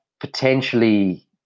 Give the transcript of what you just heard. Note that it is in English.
potentially